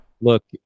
look